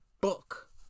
book